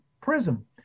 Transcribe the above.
prism